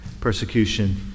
persecution